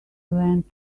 went